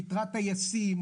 פיטרה טייסים,